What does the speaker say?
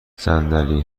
صندلی